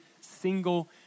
single